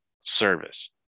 service